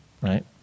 right